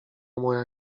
moja